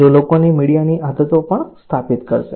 જો લોકોની મીડિયાની આદતો પણ સ્થાપિત કરશે